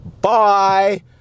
bye